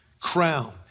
crown